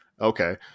Okay